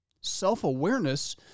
self-awareness